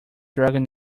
dragon